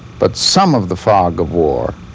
but some of the fog of war